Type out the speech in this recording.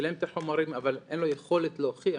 אבל אין לו יכולת להוכיח